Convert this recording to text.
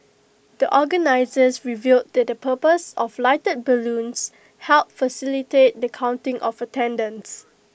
the organisers revealed that the purpose of the lighted balloons helped facilitate the counting of attendance